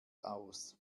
aus